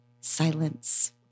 Silence